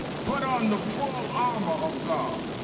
put on the full armor of god